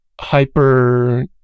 hyper